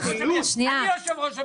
אני יושב-ראש המפלגה.